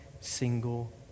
single